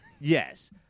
Yes